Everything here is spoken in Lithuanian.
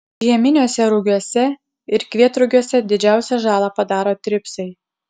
žieminiuose rugiuose ir kvietrugiuose didžiausią žalą padaro tripsai